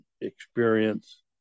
experience